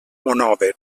monòver